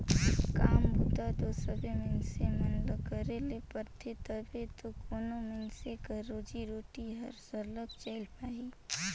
काम बूता दो सबे मइनसे मन ल करे ले परथे तबे दो कोनो मइनसे कर रोजी रोटी हर सरलग चइल पाही